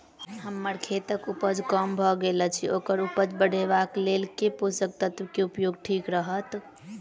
हम्मर खेतक उपज कम भऽ गेल अछि ओकर उपज बढ़ेबाक लेल केँ पोसक तत्व केँ उपयोग ठीक रहत?